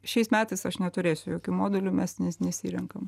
šiais metais aš neturėsiu jokių modulių mes nes nesirenkam